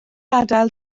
adael